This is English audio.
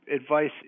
advice